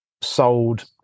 sold